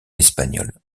espagnol